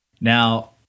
Now